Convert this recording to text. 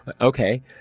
Okay